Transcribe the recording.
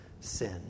sin